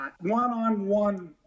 one-on-one